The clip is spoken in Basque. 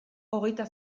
hogeita